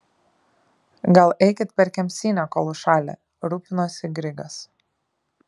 gal eikit per kemsynę kol užšalę rūpinosi grigas